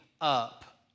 up